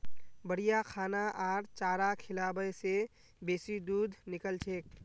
बढ़िया खाना आर चारा खिलाबा से बेसी दूध निकलछेक